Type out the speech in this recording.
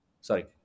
Sorry